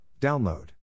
Download